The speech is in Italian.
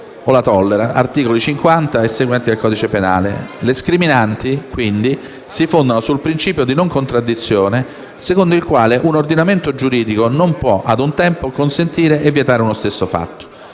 o lo tollera (articoli 50 e seguenti del codice penale). Le scriminanti, quindi, si fondano sul principio di non contraddizione secondo il quale un ordinamento giuridico non può, ad un tempo, consentire e vietare uno stesso fatto.